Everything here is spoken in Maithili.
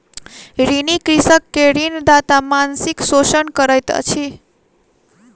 ऋणी कृषक के ऋणदाता मानसिक शोषण करैत अछि